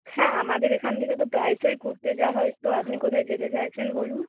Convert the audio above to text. হ্যাঁ আমাদের এখান থেকে তো প্রায়শই ঘুরতে যাওয়া হয় তো আপনি কোথায় যেতে চাইছেন বলুন